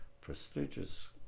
prestigious